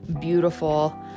beautiful